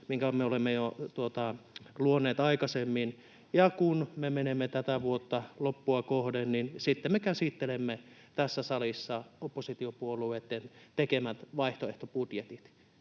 minkä me olemme luoneet jo aikaisemmin, ja kun me menemme tätä vuotta loppua kohden, niin sitten me käsittelemme tässä salissa oppositiopuolueitten tekemät vaihtoehtobudjetit,